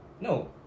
No